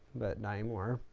but, not anymore.